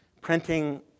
Printing